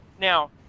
Now